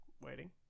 waiting